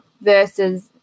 versus